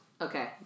Okay